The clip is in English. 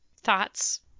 Thoughts